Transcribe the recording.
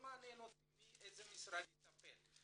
לא מעניין אותי איזה משרד יטפל.